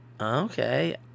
Okay